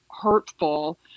hurtful